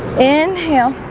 inhale